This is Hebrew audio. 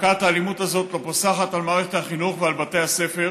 מכת האלימות הזאת לא פוסחת על מערכת החינוך ועל בתי הספר,